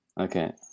okay